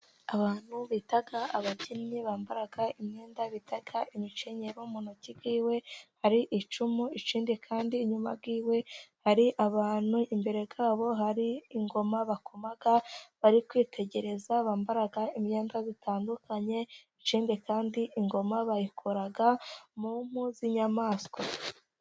Abantu bita ababyinnyi bambara imyenda bita imikenyero, mu ntoki hiwe hari icumu ikindi kandi inyuma yiwe hari abantu imbere yabo, hari ingoma bakoma bari kwitegereza bambara imyenda itandukanye ikindi kandi ingoma bayikora mu mpu z'inyamaswa.